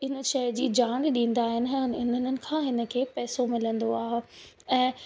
इन शहर जी ॼाण ॾींदा आहिनि ऐं हिननि खां हिन खे पैसो मिलंदो आहे ऐं